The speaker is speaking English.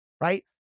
Right